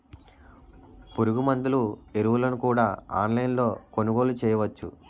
పురుగుమందులు ఎరువులను కూడా ఆన్లైన్ లొ కొనుగోలు చేయవచ్చా?